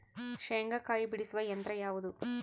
ಶೇಂಗಾಕಾಯಿ ಬಿಡಿಸುವ ಯಂತ್ರ ಯಾವುದು?